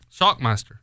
Shockmaster